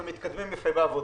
אנחנו מתקדמים יפה בעבודה.